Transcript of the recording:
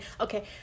okay